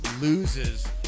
loses